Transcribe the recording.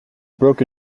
broke